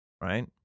right